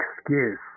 excuse